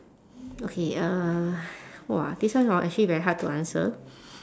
okay uh !wah! this one hor actually very hard to answer